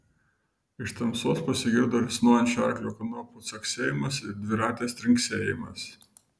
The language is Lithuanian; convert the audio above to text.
iš tamsos pasigirdo risnojančio arklio kanopų caksėjimas ir dviratės trinksėjimas